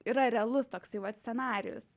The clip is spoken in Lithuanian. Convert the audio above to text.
yra realus toks scenarijus